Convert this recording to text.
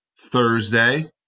thursday